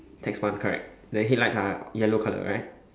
six one correct the headlight colour yellow colour right